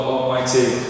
Almighty